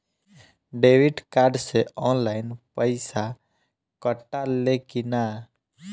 Debit card से online पैसा कटा ले कि ना?